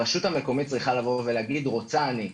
הרשות המקומית צריכה לבוא ולהגיד - רוצה אני.